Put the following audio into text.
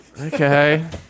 Okay